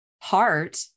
heart